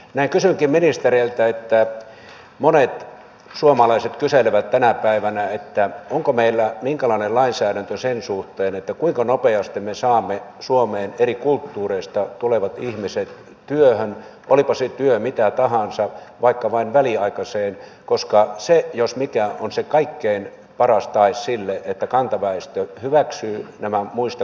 näin kysynkin ministereiltä monet suomalaiset kyselevät sitä tänä päivänä minkälainen lainsäädäntö meillä on sen suhteen kuinka nopeasti me saamme suomeen eri kulttuureista tulevat ihmiset työhön olipa se työ mitä tahansa vaikka vain väliaikaiseen koska se jos mikä on se kaikkein paras tae sille että kantaväestö hyväksyy nämä muista kulttuureista tulevat